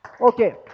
Okay